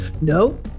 No